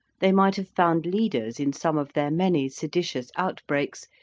they might have found leaders in some of their many seditious outbreaks,